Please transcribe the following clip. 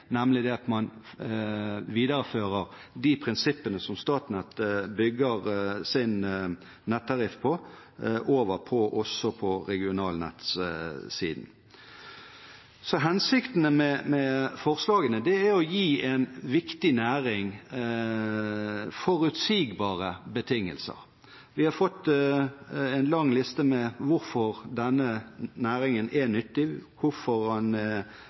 nemlig at man viderefører de prinsippene som Statnett bygger sin nettariff på, til regionalnettsiden. Hensikten med forslagene er å gi en viktig næring forutsigbare betingelser. Vi har fått en lang liste over hvorfor denne næringen er nyttig, hvorfor